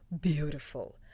Beautiful